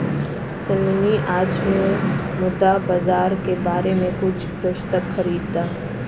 सन्नी आज मुद्रा बाजार के बारे में कुछ पुस्तक खरीदा